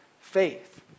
faith